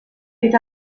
fet